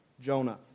Jonah